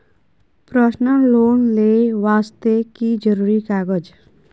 Personal loan ले वास्ते की जरुरी कागज?